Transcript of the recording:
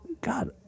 God